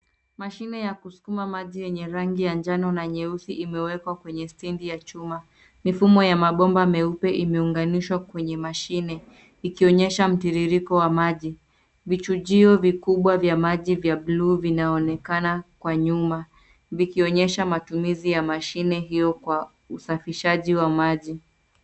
Mashine ya kusukuma maji yenye rangi ya njano na nyeusi imewekwa kwenye stendi ya chuma. Mifumo ya mabomba meupe imeunganishwa kwenye mashine ikionyesha mtiririko wa maji. Vichujio vikubwa vya maji vya bluu vinaonekena kwa nyuma vikionyesha matumizi ya mashine hiyo kwa usafishaji wa maji.